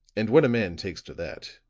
and when a man takes to that,